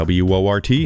WORT